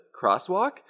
crosswalk